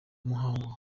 umuhango